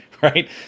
Right